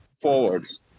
forwards